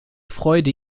freude